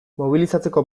mobilizatzeko